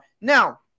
Now